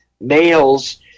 males